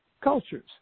cultures